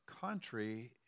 country